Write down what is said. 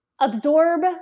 absorb